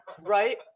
right